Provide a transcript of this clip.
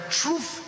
truth